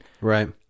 Right